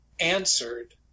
answered